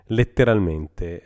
letteralmente